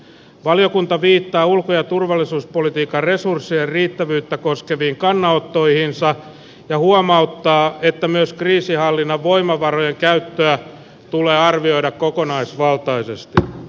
valiokunta viittaa ulko ja turvallisuuspolitiikan resurssien riittävyyttä koskeviin kannanottoihinsa ja huomauttaa että myös kriisinhallinnan voimavarojen käyttöä tulee arvioida kokonaisvaltaisesti